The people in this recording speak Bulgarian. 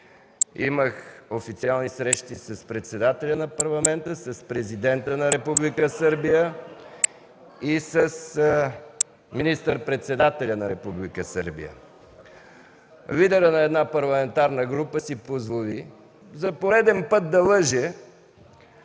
Имах официални срещи с председателя на Парламента, с Президента на Република Сърбия и с министър-председателя на Република Сърбия. Лидерът на една парламентарна група си позволи за пореден път да лъже